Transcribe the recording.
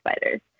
spiders